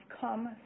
come